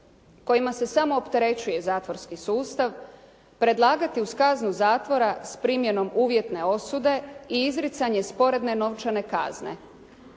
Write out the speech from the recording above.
kojima se samo opterećuje zatvorski sustav predlagati uz kaznu zatvora s primjenom uvjetne osude i izricanje sporedne novčane kazne.